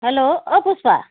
hello অঁ পুষ্পা